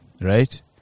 Right